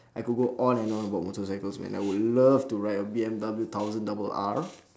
I could go on and on about motorcycles man I would love to ride a B_M_W thousand double R